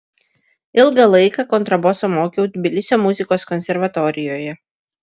ilgą laiką kontraboso mokiau tbilisio muzikos konservatorijoje